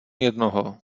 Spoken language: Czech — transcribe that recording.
jednoho